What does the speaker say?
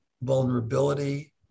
vulnerability